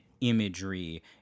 imagery